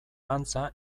antza